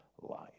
life